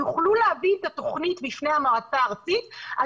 יוכלו להביא את התכנית לפני המועצה הארצית על